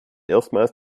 erstmals